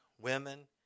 women